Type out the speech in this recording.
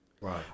Right